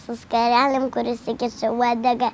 su skarelėm kur įsikiši uodegą